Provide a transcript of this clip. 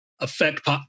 affect